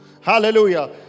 Hallelujah